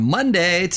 Monday